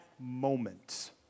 moment